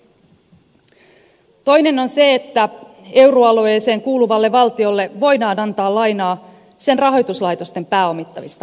toinen on se että euroalueeseen kuuluvalle valtiolle voidaan antaa lainaa sen rahoituslaitosten pääomittamista varten